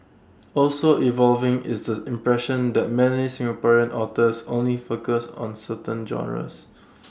also evolving is the impression that many Singaporean authors only focus on certain genres